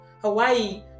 Hawaii